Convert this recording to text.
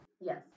Yes